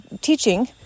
teaching